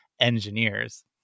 engineers